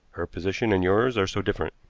her position and yours are so different.